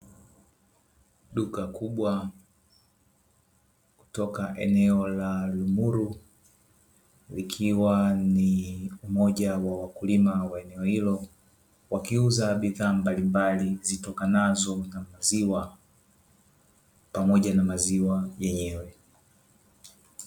Duka kubwa kutoka eneo la Lumuru, likiwa ni moja ya wakulima wa eneo hilo wakiuza bidhaa mbalimbali zitokanazo na maziwa pamoja na maziwa yenyewe.